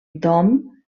dom